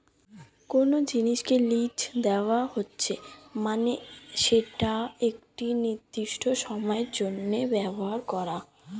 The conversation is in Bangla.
কোনো জিনিসকে লীজ দেওয়া হচ্ছে মানে সেটাকে একটি নির্দিষ্ট সময়ের জন্য ব্যবহার করা